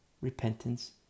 repentance